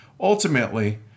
Ultimately